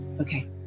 okay